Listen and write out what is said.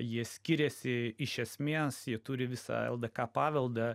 jie skiriasi iš esmės jie turi visą ldk paveldą